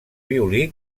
violí